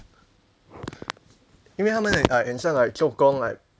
因为他们 like 很像 like 做工 like